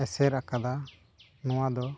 ᱮᱥᱮᱨᱟᱠᱟᱫᱟ ᱱᱚᱣᱟᱫᱚ